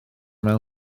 mewn